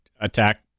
attack